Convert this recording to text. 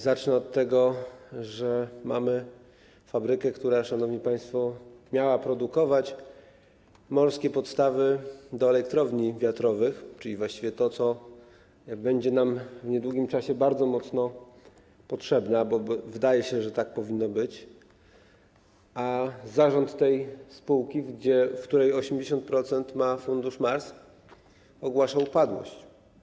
Zacznę od tego, że mamy fabrykę, która, szanowni państwo, miała produkować morskie podstawy do elektrowni wiatrowych, czyli właściwie to, co będzie nam w niedługim czasie bardzo mocno potrzebne - wydaje się, że tak powinno być - a zarząd tej spółki, w której 80% ma fundusz Mars, ogłasza upadłość.